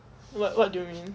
what what do you mean